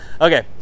Okay